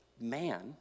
man